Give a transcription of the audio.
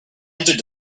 entered